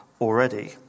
already